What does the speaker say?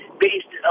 based